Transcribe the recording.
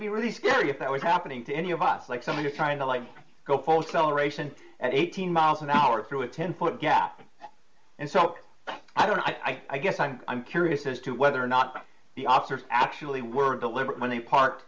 be really scary if that was happening to any of us like somebody trying to like go post celebration at eighteen miles an hour through a ten foot gap and so i don't know i guess i'm curious as to whether or not the officers actually were deliberate when they par